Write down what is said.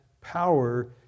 power